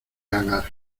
agar